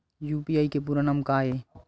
UPI के पूरा नाम का ये?